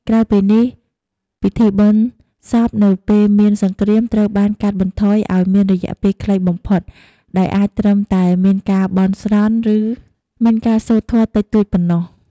ក្រៅពីនេះ ពិធីបុណ្យសពនៅពេលមានសង្រ្គាមត្រូវបានកាត់បន្ថយឲ្យមានរយៈពេលខ្លីបំផុត ដោយអាចត្រឹមតែមានការបន់ស្រន់ ឬ មានការសូត្រធម៌តិចតួចប៉ុណ្ណោះ។